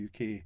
UK